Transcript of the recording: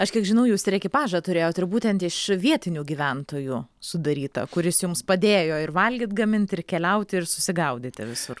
aš kiek žinau jūs ir ekipažą turėjot ir būtent iš vietinių gyventojų sudarytą kuris jums padėjo ir valgyt gamint ir keliaut ir susigaudyti visur